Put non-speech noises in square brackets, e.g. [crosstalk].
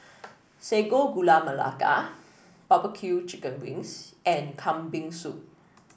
Sago Gula Melaka [noise] barbecue Chicken Wings and Kambing Soup